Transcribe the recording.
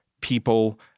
people